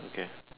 okay